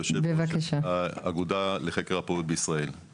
חושב שנכון להגביל את זה בשלב הזה לחיילים שהמדינה